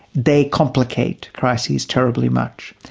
they complicate crises terribly much.